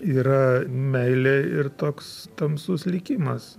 yra meilė ir toks tamsus likimas